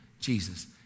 Jesus